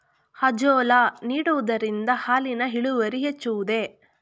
Azolla ನೀಡುವುದರಿಂದ ಹಾಲಿನ ಇಳುವರಿ ಹೆಚ್ಚುವುದೇ?